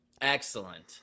Excellent